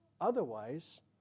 Otherwise